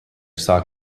saw